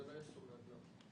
זה לא יסומן, לא.